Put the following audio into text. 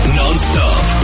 non-stop